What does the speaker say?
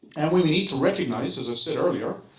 and we we need to recognize, as i said earlier,